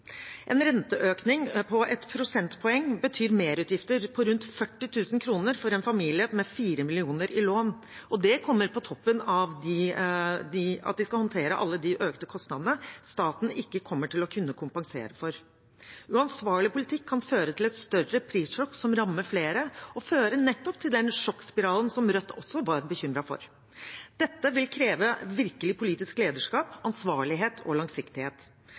En renteøkning på ett prosentpoeng betyr merutgifter på rundt 40 000 kr for en familie med 4 mill. kr i lån, og det kommer på toppen av at de skal håndtere alle de økte kostnadene staten ikke kommer til å kunne kompensere for. Uansvarlig politikk kan føre til et større prissjokk som rammer flere, og føre til nettopp den sjokkspiralen som Rødt også var bekymret for. Dette vil kreve virkelig politisk lederskap, ansvarlighet og langsiktighet.